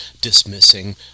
dismissing